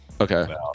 Okay